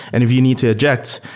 and if you need to eject,